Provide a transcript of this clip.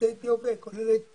יוצאי אתיופיה, היא כוללת